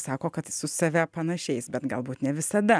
sako kad į su save panašiais bet galbūt ne visada